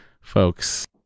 folks